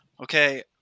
Okay